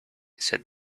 said